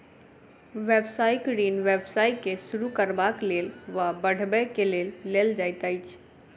व्यवसायिक ऋण व्यवसाय के शुरू करबाक लेल वा बढ़बय के लेल लेल जाइत अछि